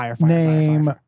name